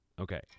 okay